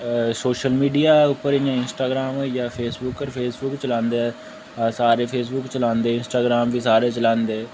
social media उप्पर Instagram होइया Facebook पर फेसबुक चलांदे ते सारे फेसबुक चलांदे इंस्टाग्राम बी सारे चलांदे